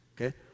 okay